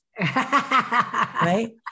Right